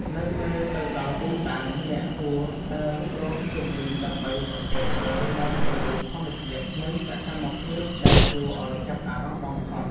នៅពេលទៅដល់ទីតាំង អ្នកគួរដើររុករកជុំវិញដើម្បីសង្កេតមើលមុំពន្លឺធម្មជាតិ និងសកម្មភាពដែលគួរឱ្យចាប់អារម្មណ៍បំផុត។